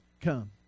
come